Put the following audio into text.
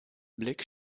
blick